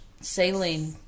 saline